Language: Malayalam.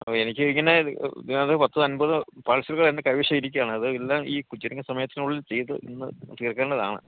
അപ്പോള് എനിക്ക് ഇങ്ങനെ ഇതിനകത്തു പത്ത് അൻപത് പാഴ്സലുകൾ എൻ്റെ കൈവശം ഇരിക്കുകയാണ് അത് എല്ലാം ഈ ചുരുങ്ങിയ സമയത്തിനുള്ളിൽ ചെയ്ത് ഇന്നു തീർക്കേണ്ടതാണ്